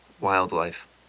Wildlife